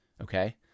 Okay